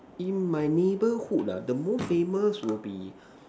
in my neighborhood ah the most famous would be